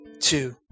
two